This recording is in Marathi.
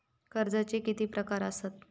कर्जाचे किती प्रकार असात?